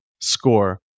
score